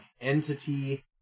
entity